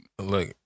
Look